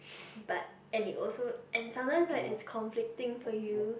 but and you also and sometimes like it's conflicting for you